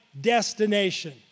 destination